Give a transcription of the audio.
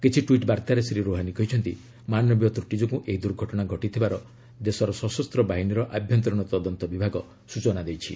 କିଛି ଟ୍ୱିଟ୍ ବାର୍ଭାରେ ଶ୍ରୀ ରୋହାନୀ କହିଛନ୍ତି ମାନବୀୟ ତ୍ରଟି ଯୋଗୁଁ ଏହି ଦୂର୍ଘଟଣା ଘଟିଥିବାର ଦେଶର ସଶସ୍ତ ବାହିନୀର ଆଭ୍ୟନ୍ତରୀଣ ତଦନ୍ତ ବିଭାଗ ସ୍ୱଚନା ଦେଇଛି